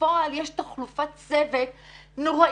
בפועל יש תחלופת צוות נוראית.